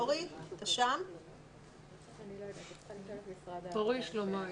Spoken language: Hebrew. (היו"ר תהלה פרידמן) שלום.